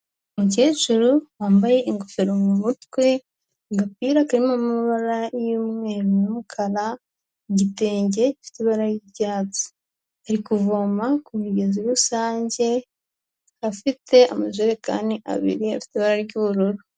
Umukecuru wambaye ingofero mu mutwe, agapira karimo amabara y'umweru n'umukara, igitenge cy'ibara ry'icyatsi. Ari kuvoma ku migezi rusange afite amajerekani abiri afite ibara ry'ubururu.